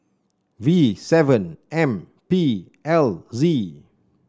V seven M P L Z